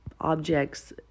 objects